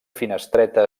finestreta